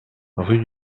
rue